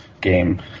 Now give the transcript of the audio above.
game